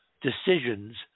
decisions